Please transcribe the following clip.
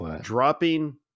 dropping